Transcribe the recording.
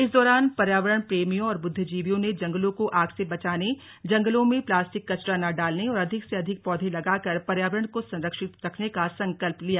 इस दौरान पर्यावरण प्रेमियों और बुद्विजीवियों ने जंगलों को आग से बचाने जंगलों में प्लास्टिक कचरा न डालने और अधिक से अधिक पौधे लगाकर पर्यावरण को संरक्षित रखने का संकल्प लिया